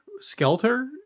skelter